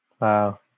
Wow